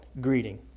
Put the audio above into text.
Greeting